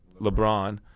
LeBron